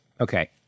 Okay